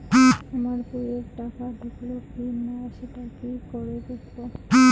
আমার বইয়ে টাকা ঢুকলো কি না সেটা কি করে বুঝবো?